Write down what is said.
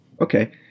Okay